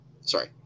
sorry